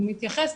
והוא מתייחס,